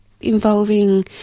involving